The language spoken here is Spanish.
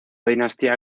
dinastía